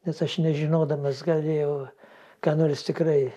nes aš nežinodamas galėjau ką nors tikrai